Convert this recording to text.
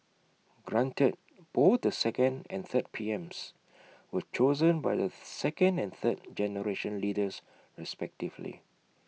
granted both the second and third PMs were chosen by the second and third generation leaders respectively